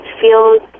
feels